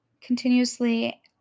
continuously